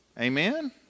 Amen